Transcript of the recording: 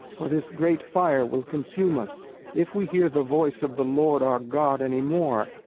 for this great fire will consume us if we hear the voice of the lord our god any more,